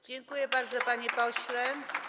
Dziękuję bardzo, panie pośle.